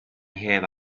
have